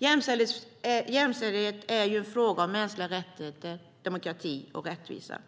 Jämställdhet är en fråga om mänskliga rättigheter, demokrati och rättvisa.